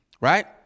right